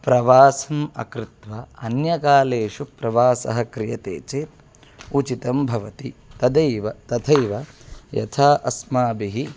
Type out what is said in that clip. प्रवासम् अकृत्वा अन्यकालेषु प्रवासः क्रियते चेत् उचितं भवति तथैव तथैव यथा अस्माभिः